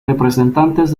representantes